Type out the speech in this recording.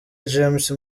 james